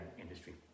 industry